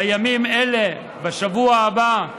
בימים אלה, בשבוע הבא,